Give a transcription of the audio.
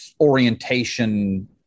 orientation